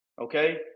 Okay